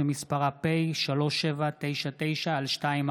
ואסטרטגיה בראשות שר האוצר לשעבר מאיר שטרית.